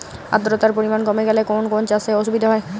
আদ্রতার পরিমাণ কমে গেলে কোন কোন চাষে অসুবিধে হবে?